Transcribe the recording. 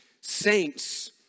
saints